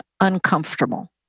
uncomfortable